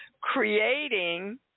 creating